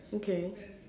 okay